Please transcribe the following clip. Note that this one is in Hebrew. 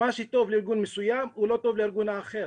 מה שטוב לארגון מסוים לא טוב לארגון האחר.